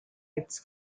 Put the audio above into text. its